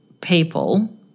people